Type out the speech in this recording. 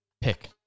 Pick